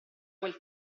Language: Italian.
quel